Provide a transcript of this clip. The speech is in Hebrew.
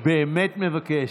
אני באמת מבקש.